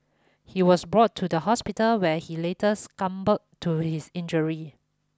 he was brought to the hospital where he later succumbed to his injury